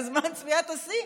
בזמן צפיית השיא,